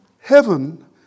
heaven